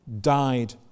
died